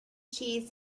cheese